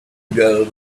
girl